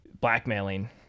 blackmailing